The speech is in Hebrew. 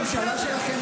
הממשלה שלכם,